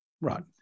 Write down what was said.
right